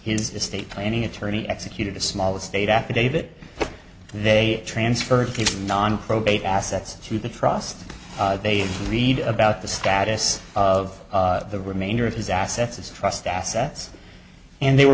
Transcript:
his estate planning attorney executed a small estate affidavit they transferred his non probate assets to the trust they read about the status of the remainder of his assets as trust assets and they were